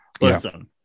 Listen